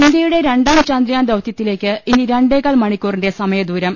ഇന്ത്യയുടെ രണ്ടാം ചന്ദ്രയാൻ ദൌത്യത്തിലേക്ക് ഇനി രണ്ടേ കാൽ മണിക്കൂറിന്റെ സമയദൂരം